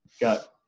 got